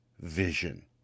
vision